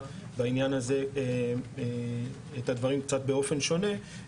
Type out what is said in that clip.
בעניין הזה את הדברים האלה באופן קצת שונה,